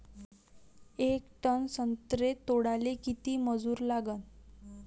येक टन संत्रे तोडाले किती मजूर लागन?